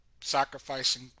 Sacrificing